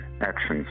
actions